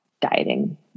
dieting